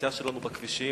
בנסיעה שלנו בכבישים.